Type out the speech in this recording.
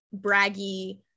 braggy